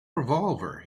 revolver